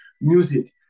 music